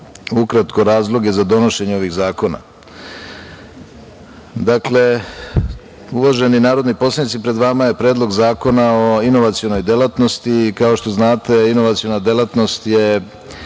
ukratko razloge za donošenje ovih zakona. Dakle, uvaženi narodni poslanici, pred vama je Predlog zakona o inovacionoj delatnosti. Kao što znate, inovaciona delatnost je